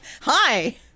Hi